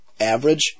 average